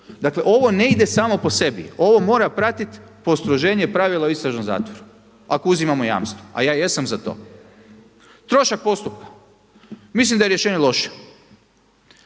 Dakle ovo ne ide samo po sebi, ovo mora pratiti postroženje pravila o istražnom zatvoru, ako uzimamo jamstva, a ja jesam za to. Trošak postupka, mislim da je rješenje loše.